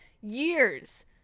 years